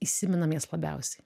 įsimenam jas labiausiai